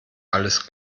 alles